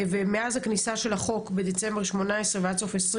ומאז הכניסה של החוק בדצמבר 2018 ועד סוף 2020